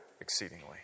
exceedingly